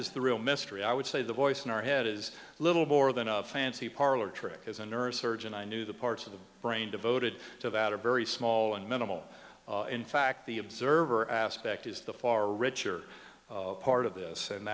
is the real mystery i would say the voice in our head is little more than a fancy parlor trick as a neurosurgeon i knew the parts of the brain devoted to that are very small and minimal in fact the observer aspect is the far richer part of this and